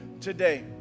today